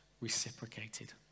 reciprocated